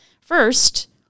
First